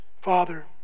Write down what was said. Father